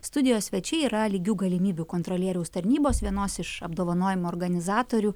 studijos svečiai yra lygių galimybių kontrolieriaus tarnybos vienos iš apdovanojimų organizatorių